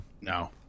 no